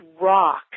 rock